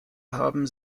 haben